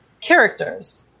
characters